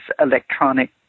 electronic